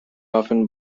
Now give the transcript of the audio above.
often